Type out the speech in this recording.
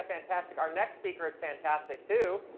fantastic, our next speaker is fantastic, too.